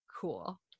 cool